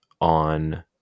on